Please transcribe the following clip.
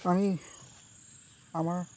আমি আমাৰ